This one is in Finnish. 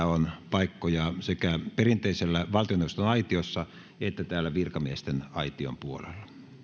on paikkoja sekä perinteisessä valtioneuvoston aitiossa että täällä virkamiesten aition puolella